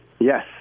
Yes